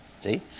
See